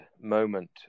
moment